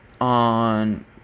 on